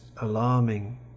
alarming